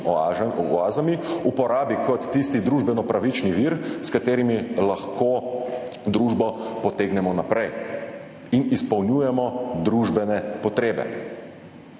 oazami, uporabi kot tisti družbeno pravični vir, s katerimi lahko družbo potegnemo naprej in izpolnjujemo družbene potrebe.